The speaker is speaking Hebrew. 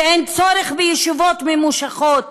ואין צורך בישיבות ממושכות,